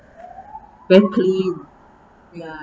very clean ya